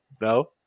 no